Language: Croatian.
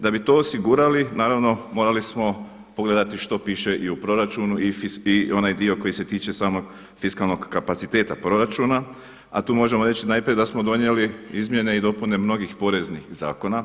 Da bi to osigurali, naravno morali smo pogledati što piše i u proračunu i onaj dio koji se tiče samog fiskalnog kapaciteta proračuna, a tu možemo reći najprije da smo donijeli izmjene i dopune mnogih poreznih zakona.